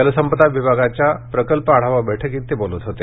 जलसंपदा विभागाच्या प्रकल्पांच्या आढावा बैठकीत ते बोलत होते